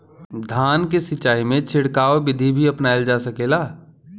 धान के सिचाई में छिड़काव बिधि भी अपनाइल जा सकेला?